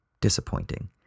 Disappointing